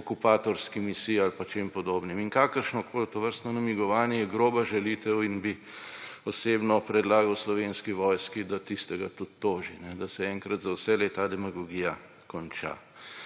okupatorski misiji ali pa čem podobnem. In kakršnokoli tovrstno namigovanje je groba žalitev in bi osebno predlagal Slovenski vojski, da tistega tudi toži, da se enkrat za vselej ta demagogija konča.